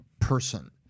person